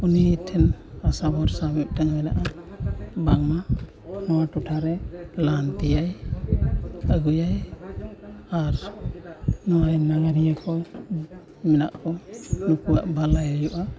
ᱱᱩᱭ ᱴᱷᱮᱱ ᱟᱥᱟ ᱵᱷᱚᱨᱥᱟ ᱢᱤᱫᱴᱮᱱ ᱢᱮᱱᱟᱜᱼᱟ ᱵᱟᱝ ᱢᱟ ᱱᱚᱣᱟ ᱴᱚᱴᱷᱟᱨᱮ ᱞᱟᱦᱟᱱᱛᱤᱭᱟᱭ ᱟᱹᱜᱩᱭᱟᱭ ᱟᱨ ᱱᱚᱜᱼᱚᱭ ᱱᱟᱜᱟᱨᱤᱭᱟᱹ ᱠᱚ ᱢᱮᱱᱟᱜ ᱠᱚ ᱩᱱᱠᱩᱣᱟᱜ ᱵᱷᱟᱹᱞᱟᱹᱭ ᱦᱩᱭᱩᱜᱼᱟ